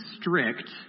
strict